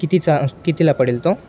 कितीचा कितीला पडेल तो